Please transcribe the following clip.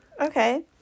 Okay